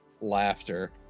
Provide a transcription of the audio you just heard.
laughter